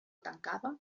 tancada